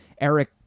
Eric